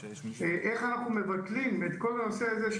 איך אנחנו מתקנים את כל המקרים הללו של